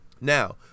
Now